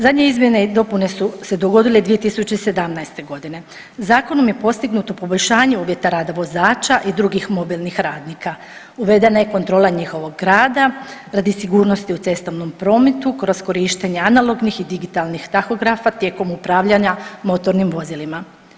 Zadnje izmjene i dopune su se dogodile 2017.g. zakonom je postignuto poboljšanje uvjeta rada vozača i drugih mobilnih radnika, uvedena je kontrola njihovog rada radi sigurnosti u cestovnom prometu kroz korištenje analognih i digitalnih tahografa tijekom upravljanja motornim vozilima.